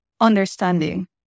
understanding